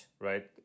right